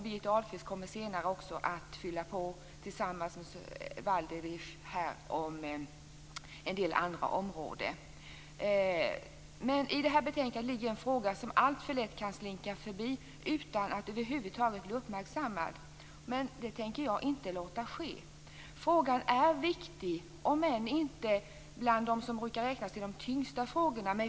Birgitta Ahlqvist kommer senare att fylla på, tillsammans med Tommy Waidelich, om en del andra områden. I betänkandet ligger en fråga som alltför lätt kan slinka förbi utan att över huvud taget bli uppmärksammad. Det tänker jag inte låta ske. Frågan är viktig, om än inte bland dem som brukar räknas till de tyngsta frågorna.